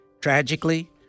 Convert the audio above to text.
Tragically